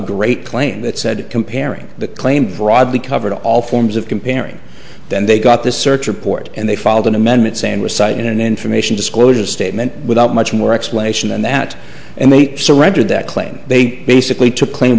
great claim that said comparing the claim broadly covered all forms of comparing then they got the search report and they filed an amendment saying was cited in an information disclosure statement without much more explanation than that and they surrendered that claim they basically took claim